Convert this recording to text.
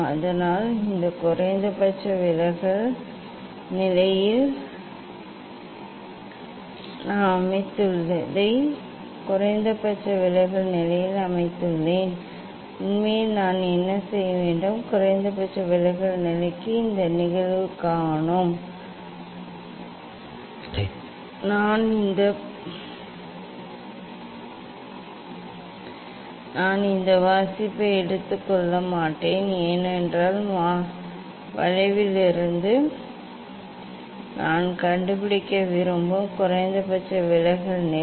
அதனால் இது குறைந்தபட்ச விலகல் நிலையில் நான் அமைத்துள்ளதை குறைந்தபட்ச விலகல் நிலையில் அமைத்துள்ளேன் உண்மையில் நாம் என்ன செய்வோம் குறைந்தபட்ச விலகல் நிலைக்கு இது நிகழ்வு கோணம் நான் இந்த வாசிப்பை எடுத்துக்கொள்ள மாட்டேன் ஏனென்றால் வளைவிலிருந்து நான் கண்டுபிடிக்க விரும்பும் குறைந்தபட்ச விலகல் நிலை